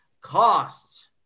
Costs